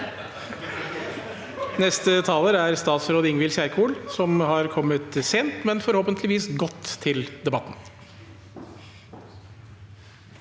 Neste taler er statsråd Ing- vild Kjerkol – som har kommet sent, men forhåpentligvis godt til debatten.